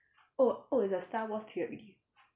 oh oh it's the star wars period already